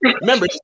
Remember